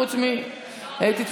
חוץ מאתי,